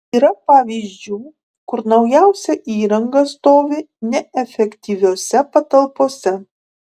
yra pavyzdžių kur naujausia įranga stovi neefektyviose patalpose